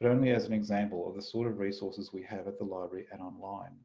but only as an example of the sort of resources we have at the library and online.